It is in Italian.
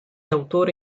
autore